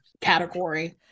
category